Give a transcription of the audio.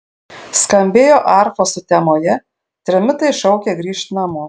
skambėjo arfos sutemoje trimitai šaukė grįžt namo